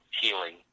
healing